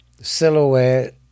Silhouette